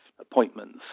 appointments